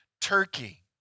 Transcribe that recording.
Turkey